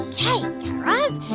guy raz,